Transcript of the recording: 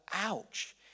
ouch